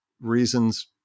reasons